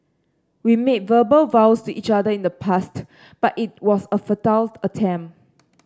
we made verbal vows to each other in the past but it was a futile attempt